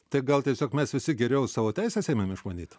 tai gal tiesiog mes visi geriau savo teises ėmėm išmanyt